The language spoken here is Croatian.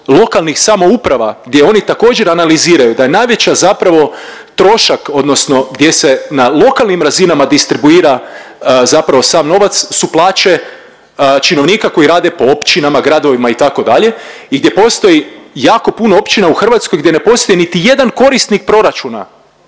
lokalnih samouprava gdje oni također analiziraju da je najveća zapravo trošak odnosno gdje se na lokalnim razinama distribuira zapravo sav novac su plaće činovnika koji rade po općinama, gradovima itd. i gdje postoji jako puno općina u Hrvatskoj gdje ne postoji niti jedan korisnik proračuna,